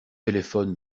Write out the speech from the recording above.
téléphone